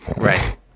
Right